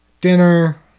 dinner